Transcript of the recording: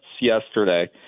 yesterday